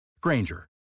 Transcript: Granger